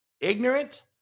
ignorant